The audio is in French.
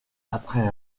après